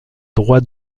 droits